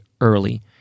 early